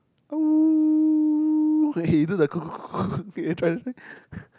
!woo! eh you do the okay try try try